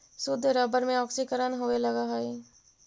शुद्ध रबर में ऑक्सीकरण होवे लगऽ हई